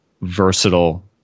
versatile